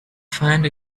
find